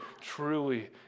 truly